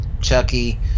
Chucky